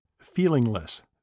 feelingless